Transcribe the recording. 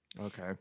Okay